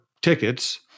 tickets